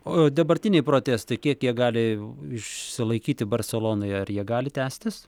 o dabartiniai protestai kiek jie gali išsilaikyti barselonoje ar jie gali tęstis